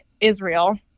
Israel